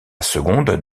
seconde